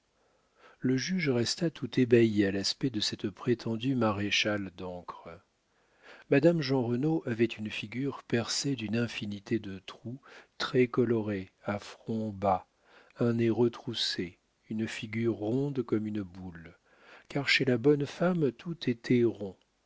le juge resta tout ébahi à l'aspect de cette prétendue maréchale d'ancre madame jeanrenaud avait une figure percée d'une infinité de trous très colorée à front bas un nez retroussé une figure ronde comme une boule car chez la bonne femme tout était